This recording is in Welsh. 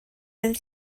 oeddet